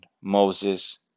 Moses